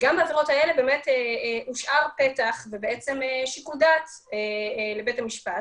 הושאר פתח ושיקול דעת לבית המשפט,